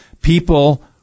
people